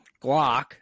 Glock